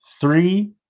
three